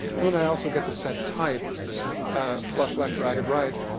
and then, i also get to set type flush left, ragged right,